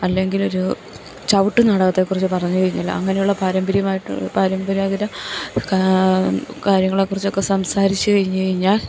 അല്ലെങ്കിലൊരു ചവിട്ട് നാടകത്തെക്കുറിച്ച് പറഞ്ഞു കഴിഞ്ഞാല് അങ്ങനെയുള്ള പാരമ്പര്യമായിട്ട് പാരമ്പരാഗത കാര്യങ്ങളെക്കുറിച്ചൊക്കെ സംസാരിച്ച് കഴിഞ്ഞ് കഴിഞ്ഞാൽ